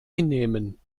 hinnehmen